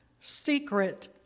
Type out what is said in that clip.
secret